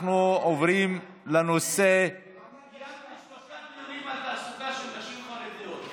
אני קיימתי שלושה דיונים על תעסוקה של נשים חרדיות.